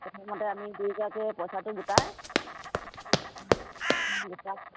প্ৰথমতে আমি দুইগৰাকীয়ে পইচাটো গোটাই গোট